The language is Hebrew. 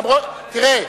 תראה,